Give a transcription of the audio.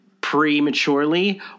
prematurely